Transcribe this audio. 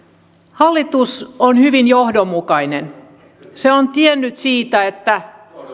hallitus on hyvin johdonmukainen se on tiennyt siitä että